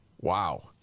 Wow